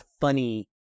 funny